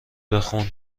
بخون